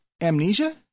amnesia